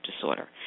disorder